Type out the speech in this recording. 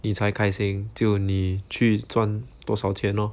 你才开心就你去赚多少钱 orh